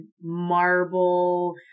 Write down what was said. marble